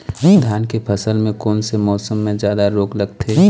धान के फसल मे कोन से मौसम मे जादा रोग लगथे?